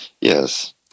Yes